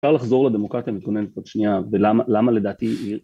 אפשר לחזור לדמוקרטיה מקוננת עוד שנייה ולמה לדעתי